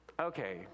okay